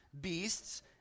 beasts